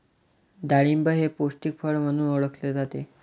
डाळिंब हे पौष्टिक फळ म्हणून ओळखले जाते